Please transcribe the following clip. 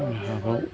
हाबाआव